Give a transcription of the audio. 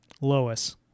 Lois